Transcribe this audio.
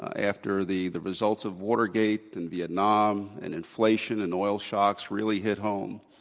after the the results of watergate and vietnam and inflation and oil shocks really hit home,